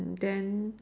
then